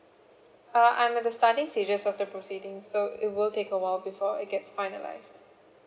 uh I'm at the starting stages of the proceedings so it will take a while before it gets finalised